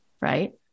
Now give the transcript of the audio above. Right